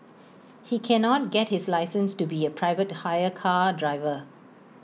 he cannot get his license to be A private hire car driver